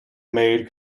maid